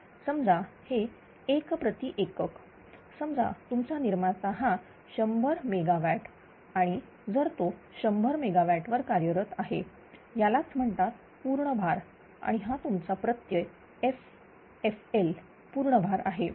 समजा हे 1 प्रति एकक समजा तुमचा निर्माता हा 100 MW आणि जर तो 100MW वर कार्यरत आहे यालाच म्हणतात पूर्ण भार आणि हा तुमचा प्रत्यय fFL पूर्ण भार आहे